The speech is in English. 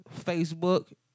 Facebook